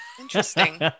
interesting